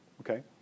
okay